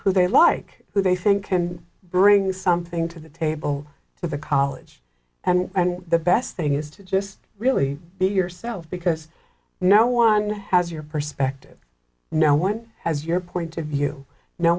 who they like who they think can bring something to the table to the college and the best thing is to just really be yourself because no one has your perspective no one has your point of view no